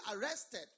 arrested